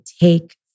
take